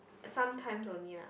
sometimes only lah